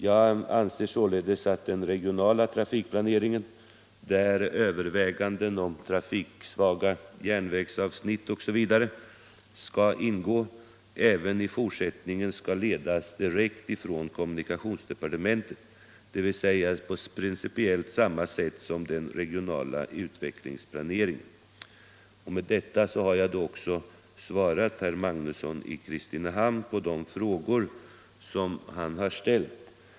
Jag anser således att den regionala trafikplaneringen — där överväganden om trafiksvaga järnvägsavsnitt osv. skall ingå — även i fortsättningen skall ledas direkt från kommunikationsdepartementet, dvs. på principiellt samma sätt som den regionala utvecklingsplaneringen. Med detta har jag också svarat herr Magnusson i Kristinehamn på de frågor han ställt.